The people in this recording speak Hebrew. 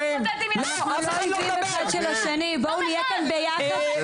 אנחנו לא אויבים אחד של השני, בואו נהיה כאן ביחד.